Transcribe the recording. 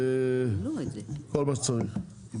כל מה שצריך.